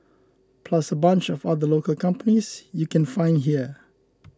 plus a bunch of other local companies you can find here